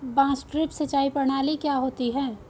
बांस ड्रिप सिंचाई प्रणाली क्या होती है?